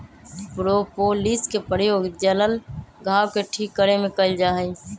propolis के प्रयोग जल्ल घाव के ठीक करे में कइल जाहई